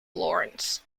lawrence